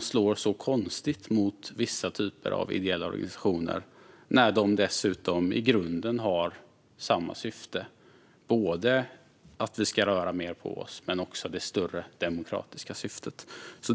slår så konstigt mot vissa typer av ideella organisationer när de dessutom i grunden har samma syfte, både att vi ska röra mer på oss och det större demokratiska syftet.